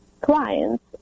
clients